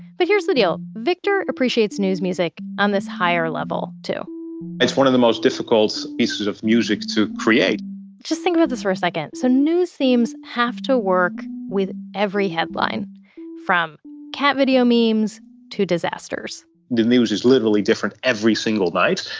but here's the deal, victor appreciates news music on this higher level too it's one of the most difficult pieces of music to create just think about this for a sec, and so news themes have to work with every headline from cat video memes to disasters the news is literally different every single night.